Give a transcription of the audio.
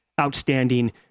Outstanding